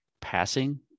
passing